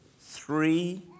three